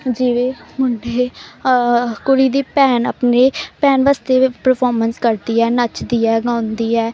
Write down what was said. ਜਿਵੇਂ ਮੁੰਡੇ ਕੁੜੀ ਦੀ ਭੈਣ ਆਪਣੀ ਭੈਣ ਵਾਸਤੇ ਪਰਫੋਰਮੈਂਸ ਕਰਦੀ ਹੈ ਨੱਚਦੀ ਹੈ ਗਾਉਂਦੀ ਹੈ